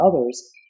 others